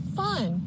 fun